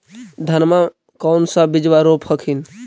धनमा कौन सा बिजबा रोप हखिन?